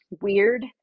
weird